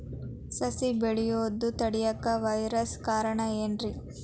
ಸಸಿ ಬೆಳೆಯುದ ತಡಿಯಾಕ ವೈರಸ್ ಕಾರಣ ಏನ್ರಿ?